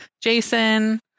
jason